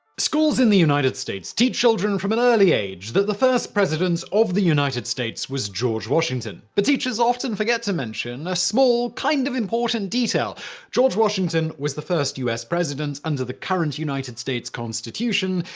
schools in the united states teach children from an early age that the first president of the united states was george washington. but teachers often forget to mention a small, kind of important detail george washington was the first u s. president under the current united states constitution,